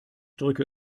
drücke